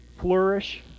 flourish